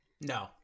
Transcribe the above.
No